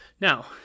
Now